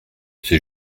c’est